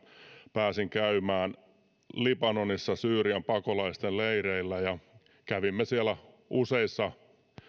pääsin käymään libanonissa syyrian pakolaisten leireillä ja kävimme siellä useissa